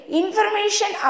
information